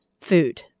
food